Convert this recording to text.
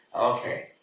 okay